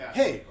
hey